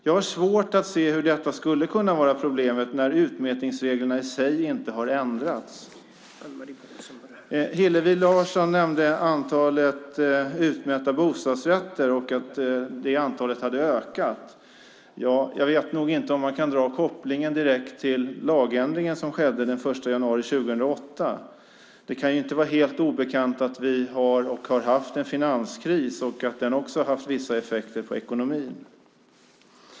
Jag har svårt att se hur detta skulle kunna vara problemet när utmätningsreglerna i sig inte har ändrats. Hillevi Larsson nämnde antalet utmätta bostadsrätter och att det antalet hade ökat. Jag vet inte om man kan dra kopplingen direkt till lagändringen som skedde den 1 januari 2008. Det kan ju inte vara helt obekant att vi har och har haft en finanskris och att den också har haft vissa effekter på ekonomin.